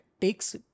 takes